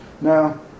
now